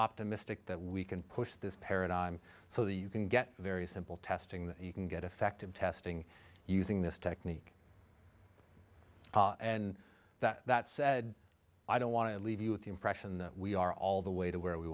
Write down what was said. optimistic that we can push this paradigm so that you can get very simple testing that you can get effective testing using this technique and that said i don't want to leave you with the impression that we are all the way to where we